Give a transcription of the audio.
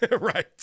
Right